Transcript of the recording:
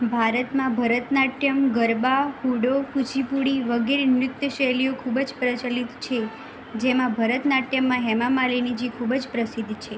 ભારતમાં ભરતનાટ્યમ ગરબા હુડો કુશી પુડી વગેરે નૃત્યશૈલીઓ ખૂબ જ પ્રચલિત છે જેમાં ભરતનાટ્યમમાં હેમા માલિનીજી ખૂબ જ પ્રસિદ્ધ છે